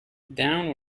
dawn